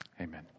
Amen